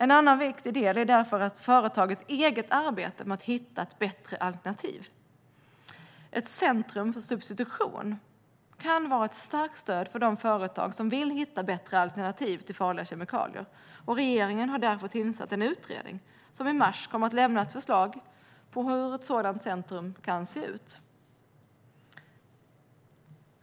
En annan viktig del är därför företagens eget arbete med att hitta bättre alternativ. Ett centrum för substitution kan vara ett starkt stöd för de företag som vill hitta bättre alternativ till farliga kemikalier. Regeringen har därför tillsatt en utredning som i mars kommer att lämna ett förslag till hur ett sådant centrum kan se ut.